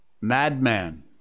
Madman